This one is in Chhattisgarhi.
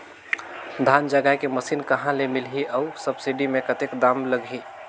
धान जगाय के मशीन कहा ले मिलही अउ सब्सिडी मे कतेक दाम लगही?